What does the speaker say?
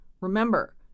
Remember